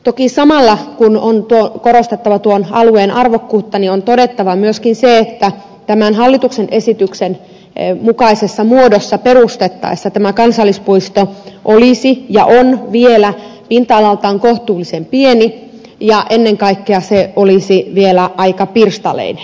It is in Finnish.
toki samalla kun on korostettava tuon alueen arvokkuutta on todettava myöskin se että tämän hallituksen esityksen mukaisessa muodossa perustettaessa tämä kansallispuisto olisi ja on vielä pinta alaltaan kohtuullisen pieni ja ennen kaikkea se olisi vielä aika pirstaleinen